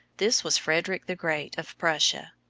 this was frederick the great of prussia.